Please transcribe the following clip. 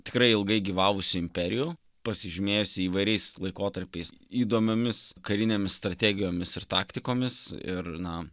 tikrai ilgai gyvavusių imperijų pasižymėjusi įvairiais laikotarpiais įdomiomis karinėmis strategijomis ir taktikomis ir na